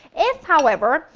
if however,